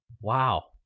Wow